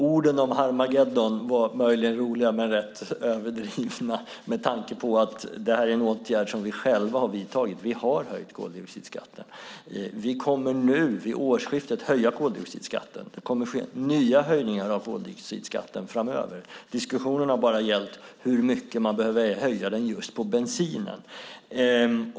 Orden om Harmagedon var möjligen roliga men rätt överdriva med tanke på att detta är en åtgärd som vi själva har vidtagit. Vi har höjt koldioxidskatten. Vi kommer vid årsskiftet att höja koldioxidskatten. Det kommer att ske nya höjningar av koldioxidskatten framöver. Diskussionen har bara gällt hur mycket man behöver höja den just på bensinen.